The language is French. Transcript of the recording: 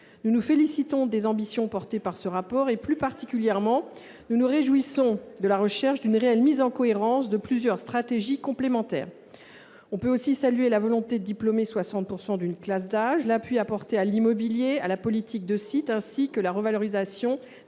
Nous nous félicitons des ambitions portées par ce rapport et, plus particulièrement, de la recherche d'une réelle mise en cohérence de plusieurs stratégies complémentaires. Nous saluons également la volonté de diplômer 60 % d'une classe d'âge, l'appui apporté à l'immobilier et à la politique de sites, ainsi que la revalorisation